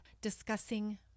discussing